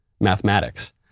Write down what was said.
mathematics